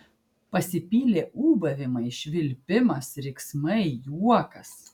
pasipylė ūbavimai švilpimas riksmai juokas